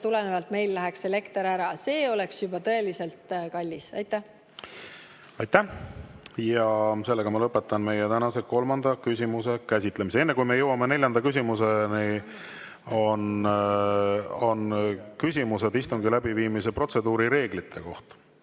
tõmmata ja meil läheks elekter ära. See oleks juba tõeliselt kallis. Aitäh! Ma lõpetan meie tänase kolmanda küsimuse käsitlemise. Enne, kui me jõuame neljanda küsimuseni, on küsimused istungi läbiviimise protseduuri reeglite kohta.